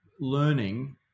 learning